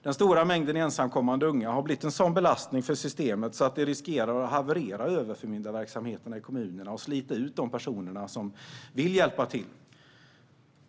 Den stora mängden ensamkommande unga har blivit en sådan belastning för systemet att det riskerar att haverera överförmyndarverksamheterna i kommunerna och slita ut de personer som vill hjälpa till.